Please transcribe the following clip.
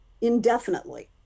indefinitely